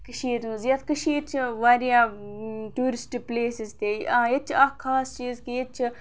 کٔشیٖرِ ہِنٛز یَتھ کٔشیٖرِ چھِ واریاہ ٹیوٗرِسٹ پٕلیسٕز تہِ آ ییٚتہِ چھِ اَکھ خاص چیٖز کہِ ییٚتہِ چھِ